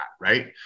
right